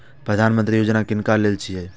प्रधानमंत्री यौजना किनका लेल छिए?